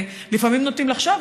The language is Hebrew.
ולפעמים נוטים לחשוב,